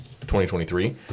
2023